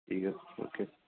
ٹھیک ہے اوکے